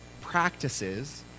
practices